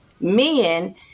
men